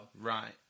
Right